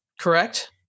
Correct